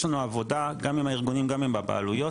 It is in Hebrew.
לנו עבודה גם עם הארגונים גם הבעלויות